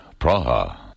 Praha